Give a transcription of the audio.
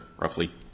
roughly